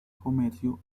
comercio